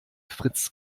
fritz